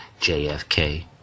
JFK